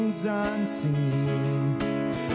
unseen